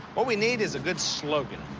what we need is a good slogan.